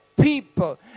people